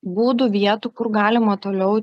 būdų vietų kur galima toliau